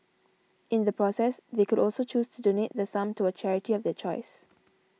in the process they could also choose to donate the sum to a charity of their choice